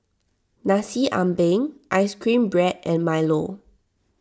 Nasi Ambeng Ice Cream Bread and Milo